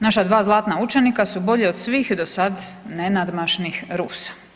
Naša 2 zlatna učenika su bolji od svih do sada nenadmašnih Rusa.